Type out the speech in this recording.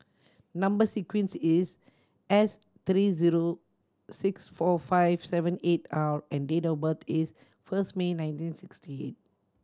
number sequence is S three zero six four five seven eight R and date of birth is first May nineteen sixty eight